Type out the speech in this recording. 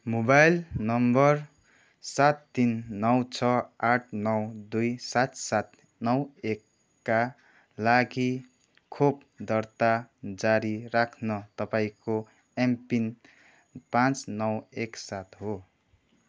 mobile number सात तिन नौ छः आठ नौ दुई सात सात नौ एक का लागि खोप दर्ता जारी राख्न तपाईँँको एमपिन पाँच नौ एक सात हो